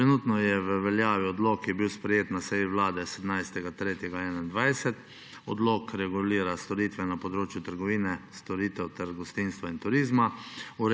Trenutno je v veljavi odlok, ki je bil sprejet na Vlade 17. 3. 2021. Odlok regulira storitve na področju trgovine, storitev ter gostinstva in turizma.